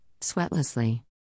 sweatlessly